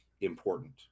important